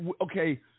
Okay